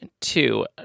Two